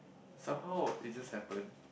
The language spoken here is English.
somehow it's just happen